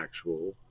actual